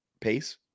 pace